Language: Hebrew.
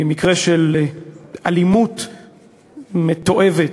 במקרה של אלימות מתועבת,